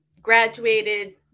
graduated